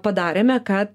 padarėme kad